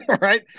right